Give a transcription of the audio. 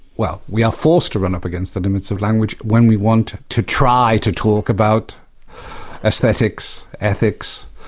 well, we are forced to run up against the limits of language when we want to try to talk about aesthetics, ethics,